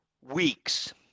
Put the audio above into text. weeks